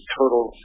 total